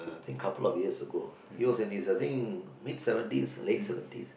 think couple of years ago he was in his I think mid seventies or late seventies